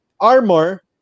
armor